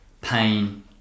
pain